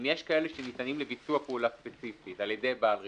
אם יש כאלה שניתנים לביצוע פעולה ספציפית על ידי בעל רישיון?